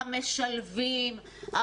המשלבים,